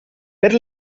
per